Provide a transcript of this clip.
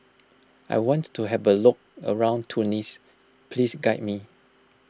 I want to have a look around Tunis please guide me